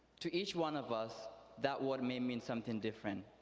to each one of us that word may mean something different.